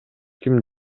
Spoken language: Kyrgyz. ким